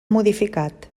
modificat